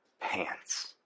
pants